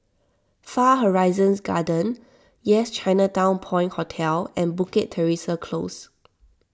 Far Horizon Gardens Yes Chinatown Point Hotel and Bukit Teresa Close